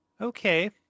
Okay